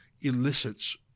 elicits